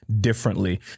differently